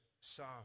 Psalm